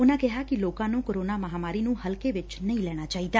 ਉਨੂਾਂ ਕਿਹਾ ਕਿ ਲੋਕਾ ਨੂੰ ਕੋਰੋਨਾ ਮਹਾਮਾਰੀ ਨੂੰ ਹਲਕੇ ਵਿਚ ਨਹੀ ਲੈਣਾ ਚਾਹੀਦਾ